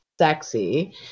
sexy